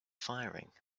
firing